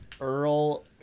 Earl